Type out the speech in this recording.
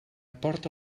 porta